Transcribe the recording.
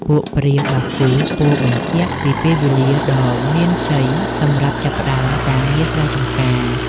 ពួកព្រាហ្មណ៍បាគូពោលបញ្ជាក់ពីពេលវេលាដ៏មានជ័យសម្រាប់ចាប់ផ្ដើមការងារស្រែចម្ការ។